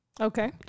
Okay